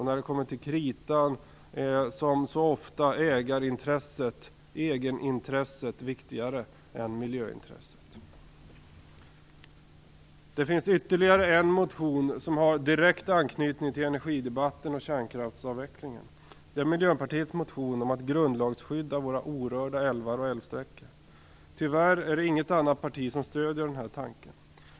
När det kommer till kritan är, som så ofta är fallet, ägarintresset, egenintresset, viktigare än miljöintresset. Det finns ytterligare en motion som har direkt anknytning till energidebatten och kärnkraftsavvecklingen, nämligen Miljöpartiets motion om att grundlagsskydda våra orörda älvar och älvsträckor. Tyvärr stöder inget annat parti denna tanke.